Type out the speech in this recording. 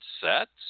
sets